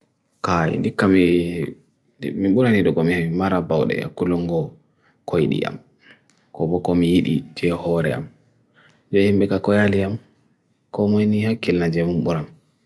Kay, indi kame... Mimbo nani do kami hai marabao le akulungo koi di am. Kobo komi hidi jeyo ho re am. Jey mika koi ali am. Komo ini hai kell na jeyo mimbo nam.